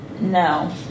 no